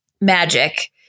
magic